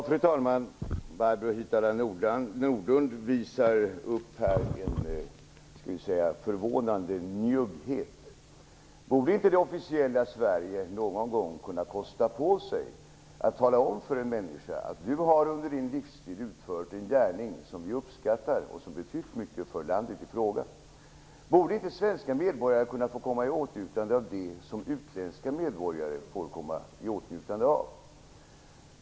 Fru talman! Barbro Hietala Nordlund visar här upp en förvånande njugghet. Borde inte det officiella Sverige någon gång kunna kosta på sig att tala om för en människa att han eller hon under sin livstid har utfört en gärning som samhället uppskattar och som har betytt mycket för landet? Borde inte svenska medborgare kunna få komma i åtnjutande av det som utländska medborgare får komma i åtnjutande av?